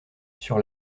sur